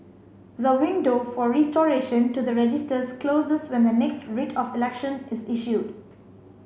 the window for restoration to the registers closes when the next Writ of Election is issued